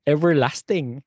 Everlasting